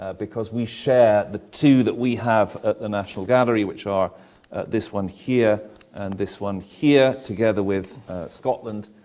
ah because we share the two that we have at the national gallery, which are this one here and this one here, together with scotland.